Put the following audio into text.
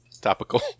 topical